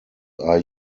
are